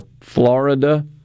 Florida